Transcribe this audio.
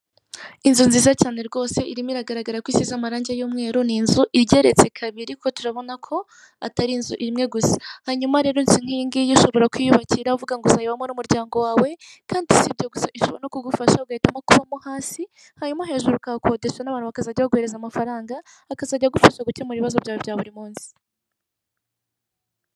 Inzu nziza cyane rwose irimo iragaragara ko isize amarangi y'umweru. Ni inzu igeretse kabiri kuko turabona ko atari inzu imwe gusa . Hanyuma rero inzu nk'iyIingiyi ushobora kuyiyubaka uvuga ngo uzayibamo n'umuryango wawe kandi sibyo gusa kandi ishobora no kugufasha ugahitamo hubamo hasi hanyuma hejuru ukahakodesha n'abantu bakazajya baguhereza amafaranga akazajya agufasha gukemura ibibazo byawe bya buri munsi .